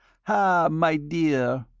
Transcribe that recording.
ah, my dear!